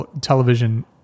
television